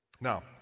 Now